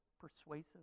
persuasive